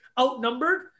outnumbered